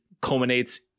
culminates